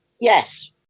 Yes